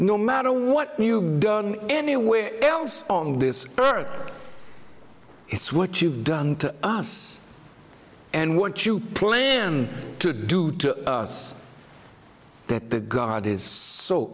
no matter what you've done anywhere else on this earth it's what you've done to us and what you plan to do to us that god is so